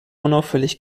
unauffällig